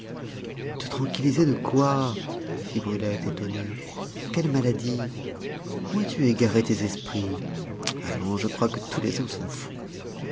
te tranquilliser de quoi fit brulette étonnée quelle maladie où as-tu égaré tes esprits allons je crois que tous les hommes sont fous